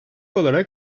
olarak